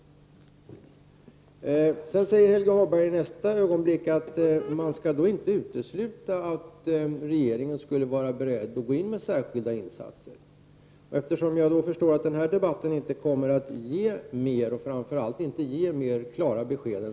Sedan säger Helge Hagberg i nästa ögonblick att man inte kan utesluta att regeringen skulle vara beredd att gå in med särskilda insatser. Jag förstår att den här debatten inte kommer att ge mer och framför allt inte några klara besked.